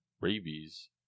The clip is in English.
rabies